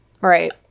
Right